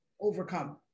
overcome